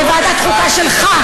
בוועדת החוקה שלך,